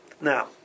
Now